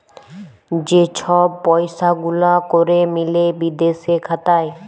যে ছব পইসা গুলা ক্যরে মিলে বিদেশে খাতায়